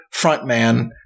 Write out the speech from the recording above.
frontman